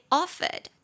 offered